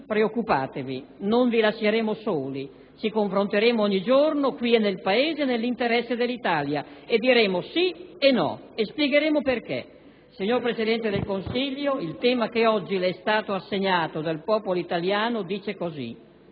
preoccupatevi, non vi lasceremo soli. Ci confronteremo ogni giorno, qui e nel Paese, nell'interesse dell'Italia. Diremo dei "sì" e dei "no" e ne spiegheremo il perché. Signor Presidente del Consiglio, il tema che oggi le è stato consegnato dal popolo italiano ha il